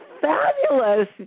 fabulous